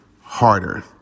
Harder